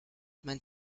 meint